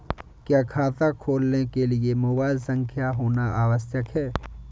क्या खाता खोलने के लिए मोबाइल संख्या होना आवश्यक है?